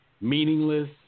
meaningless